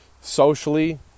socially